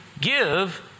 Give